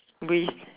with